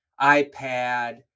iPad